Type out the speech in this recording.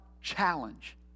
challenge